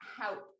help